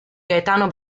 gaetano